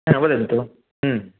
वदन्तु